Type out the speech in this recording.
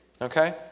Okay